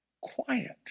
quiet